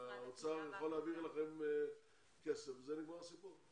הרי האוצר יכול להעביר לכם כסף ובזה נגמר הסיפור,